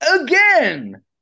Again